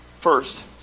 first